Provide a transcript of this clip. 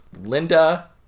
Linda